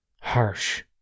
harsh